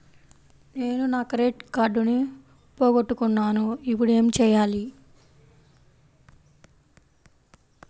నేను నా క్రెడిట్ కార్డును పోగొట్టుకున్నాను ఇపుడు ఏం చేయాలి?